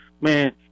man